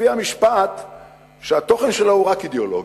מופיע משפט שהתוכן שלו הוא רק אידיאולוגי,